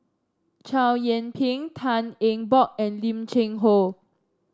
Chow Yian Ping Tan Eng Bock and Lim Cheng Hoe